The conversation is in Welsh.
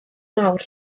mawr